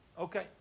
Okay